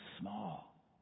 small